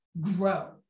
grow